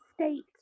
state